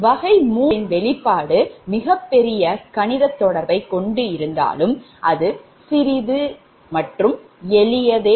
type 3 இன் வெளிப்பாடு மிகப்பெரிய கணித தொடர்பை கொண்டு இருந்தாலும் சிறிது எளியதுவே